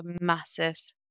massive